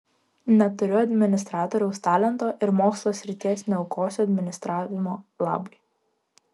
neturiu administratoriaus talento ir mokslo srities neaukosiu administravimo labui